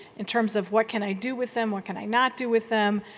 in terms of what can i do with them, what can i not do with them?